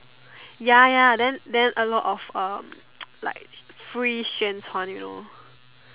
ya ya then then a lot of uh like free 宣传 you know